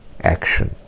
action